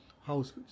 house